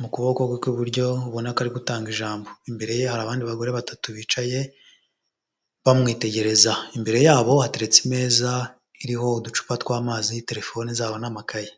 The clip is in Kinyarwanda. mu kuboko kwe kw'iburyo, ubona ko ari gutanga ijambo. Imbere ye hari abandi bagore batatu bicaye, bamwitegereza. Imbere yabo hateretse imeza iriho uducupa tw'amazi, telefone zabo n'amakaye.